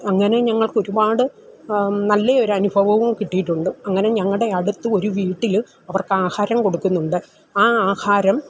അങ്ങനെ ഞങ്ങൾക്കൊരുപാട് നല്ലയൊരു അനുഭവവും കിട്ടിയിട്ടുണ്ട് അങ്ങനെ ഞങ്ങളുടെ അടുത്ത് ഒരു വീട്ടിൽ അവർക്ക് ആഹാരം കൊടുക്കുന്നുണ്ട് ആ ആഹാരം